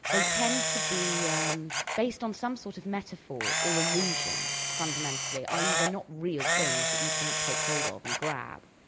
they tend to be um based on some sort of metaphor or illusion, fundamentally, i e. they're not real things that you can take hold of and grab.